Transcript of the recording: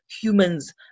humans